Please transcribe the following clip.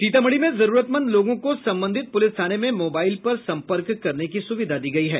सीतामढ़ी में जरूरतमंद लोगों को संबंधित पुलिस थाने में मोबाईल पर संपर्क करने की सुविधा दी गयी है